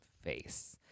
face